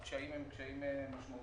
כי הקשיים הם קשיים משמעותיים.